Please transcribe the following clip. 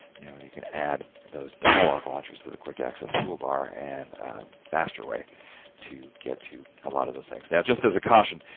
you know you can add those dialogue launchers to the quick access toolbar and a faster way to get to a lot of those things. now, just as a caution,